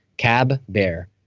cab, bear.